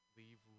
leave